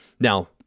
Now